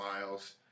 Miles